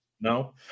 No